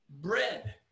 bread